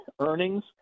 earnings